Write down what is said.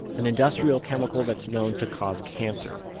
an industrial chemical that's known to cause cancer.